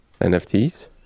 NFTs